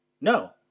No